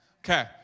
Okay